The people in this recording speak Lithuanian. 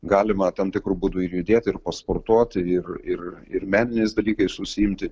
galima tam tikru būdu ir judėti ir pasportuoti ir ir ir meniniais dalykais užsiimti